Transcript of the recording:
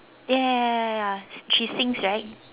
ya ya ya ya ya she sings right